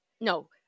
No